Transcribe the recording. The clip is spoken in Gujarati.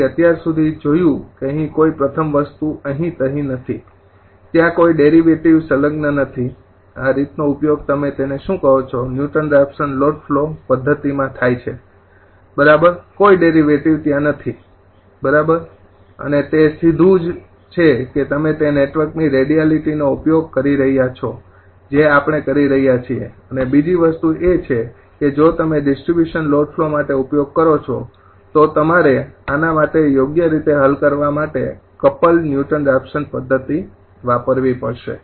તેથી અત્યાર સુધી જોયું કે અહીં કોઈ પ્રથમ વસ્તુ અહી તહી નથી ત્યાં કોઈ ડેરિવેટિવ સ્લંગન નથી આ રીતનો ઉપયોગ તમે તેને શું કહો છો ન્યુટન રાફશન લોડ ફ્લો પદ્ધતિમાં થાય છે બરાબર કોઈ ડેરિવેટિવ ત્યાં નથી બરાબર અને તે સીધું જ છે કે તમે તે નેટવર્કની રેડિયાલિટીનો ઉપયોગ કરી રહ્યા છો જે આપણે કરી રહ્યા છીએ અને બીજી વસ્તુ એ છે કે જો તમે ડિસ્ટ્રિબ્યૂશન લોડ ફ્લો માટે ઉપયોગ કરો છો તો તમારે આના માટે યોગ્ય રીતે હલ કરવા માટે ક્પ્લડ ન્યુટન રાફશન પદ્ધતિ વાપરવી પડશે